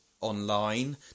online